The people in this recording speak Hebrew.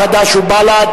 חד"ש ובל"ד,